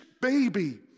baby